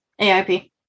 AIP